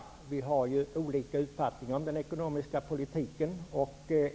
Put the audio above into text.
Vi har olika uppfattningar om den ekonomiska politiken.